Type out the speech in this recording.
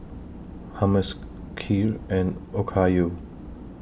Hummus Kheer and Okayu